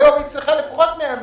והיום היא צריכה לפחות 100 מיליון.